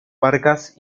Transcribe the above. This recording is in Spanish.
vargas